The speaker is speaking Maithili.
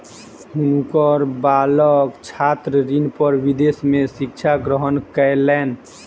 हुनकर बालक छात्र ऋण पर विदेश में शिक्षा ग्रहण कयलैन